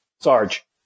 Sarge